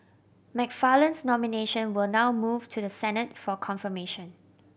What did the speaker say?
McFarland's nomination will now move to the Senate for confirmation